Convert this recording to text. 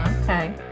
Okay